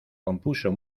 compuso